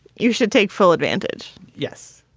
you should take full advantage yes,